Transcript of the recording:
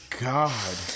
God